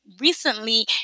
recently